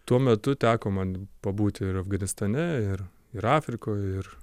tuo metu teko man pabūti ir afganistane ir ir afrikoj ir